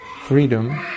freedom